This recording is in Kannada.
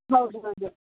ಹೌದು ಹೌದು